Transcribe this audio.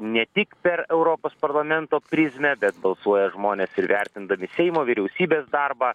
ne tik per europos parlamento prizmę bet balsuoja žmonės ir vertindami seimo vyriausybės darbą